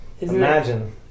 imagine